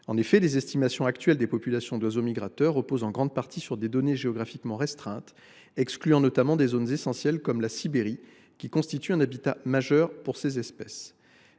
En effet, les estimations actuelles des populations d’oiseaux migrateurs reposent en grande partie sur des données géographiques restreintes, excluant notamment des zones essentielles comme la Sibérie, qui constitue un habitat majeur pour ces espèces.